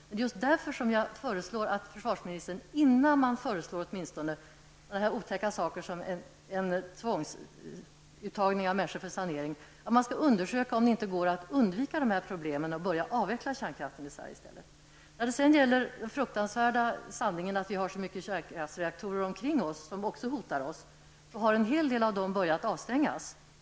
Men det är just därför som jag uppmanar försvarsministern att regeringen innan den föreslår sådana otäcka saker som tvångsuttagning av människor för sanering, undersöker om det inte går att undvika dessa problem och i stället börja avveckla kärnkraften i Sverige. När det sedan gäller den fruktansvärda sanningen att vi har så många kärnkraftsreaktorer omkring oss som också hotar oss, har en hel del av dessa börjat avstängas.